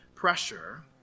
pressure